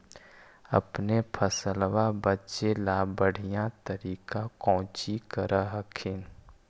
अपने फसलबा बचे ला बढ़िया तरीका कौची कर हखिन?